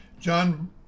John